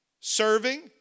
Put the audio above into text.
serving